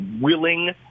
willing